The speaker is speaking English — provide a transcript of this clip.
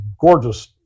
gorgeous